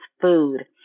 Food